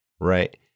Right